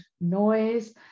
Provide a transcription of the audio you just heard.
noise